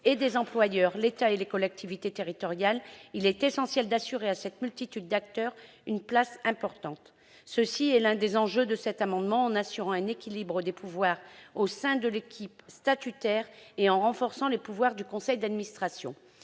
ceux des employeurs, l'État et les collectivités territoriales, il est essentiel d'assurer à cette multitude d'acteurs une place importante. C'est l'un des enjeux de cet amendement : assurer un équilibre des pouvoirs au sein de l'équipe statutaire et renforcer les pouvoirs du conseil d'administration.